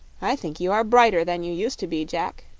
i think you are brighter than you used to be, jack,